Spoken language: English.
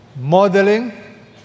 Modeling